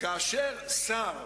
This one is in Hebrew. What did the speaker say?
כאשר שר